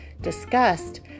discussed